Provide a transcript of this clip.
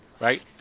right